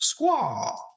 squaw